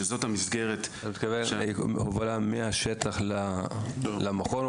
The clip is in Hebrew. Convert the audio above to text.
שזאת המסגרת --- אתה מתכוון הובלה מהשטח למכון או?